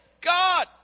God